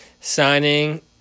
Signing